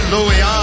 Louis